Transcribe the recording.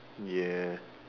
ya